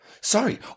Sorry